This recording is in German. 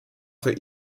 für